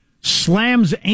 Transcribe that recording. Slams